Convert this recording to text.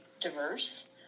diverse